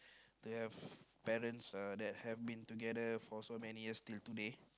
to have parents uh that have been together for so many years till today